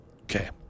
Okay